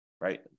right